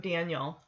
Daniel